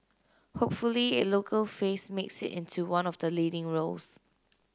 hopefully a local face makes it into one of the leading roles